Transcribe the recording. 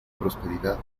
prosperidad